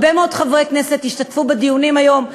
הרבה מאוד חברי הכנסת השתתפו בדיונים היום,